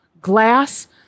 glass